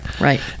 Right